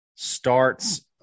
Starts